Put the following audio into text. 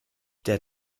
der